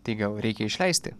tai gal reikia išleisti